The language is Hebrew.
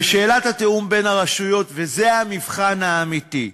שאלת התיאום בין הרשויות, וזה המבחן האמיתי.